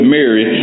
Mary